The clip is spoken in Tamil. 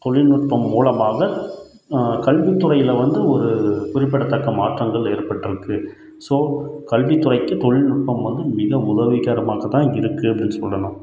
தொழில்நுட்பம் மூலமாக கல்வித்துறையில் வந்து ஒரு குறிப்பிடத்தக்க மாற்றங்கள் ஏற்பட்டிருக்கு ஸோ கல்வித்துறைக்கு தொழில்நுட்பம் வந்து மிக உதவிகரமாக தான் இருக்குன்னு சொல்லலாம்